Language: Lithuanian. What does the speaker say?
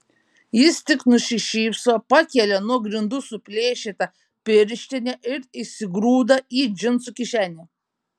jis tik nusišypso pakelia nuo grindų suplėšytą pirštinę ir įsigrūda į džinsų kišenę